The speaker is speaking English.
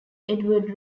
edward